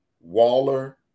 Waller